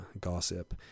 gossip